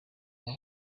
baba